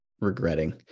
regretting